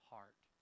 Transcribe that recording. Heart